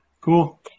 Cool